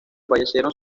fallecieron